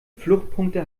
fluchtpunkte